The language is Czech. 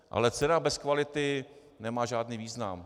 Ale cena bez kvality nemá žádný význam.